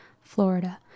florida